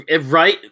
right